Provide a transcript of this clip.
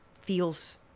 feels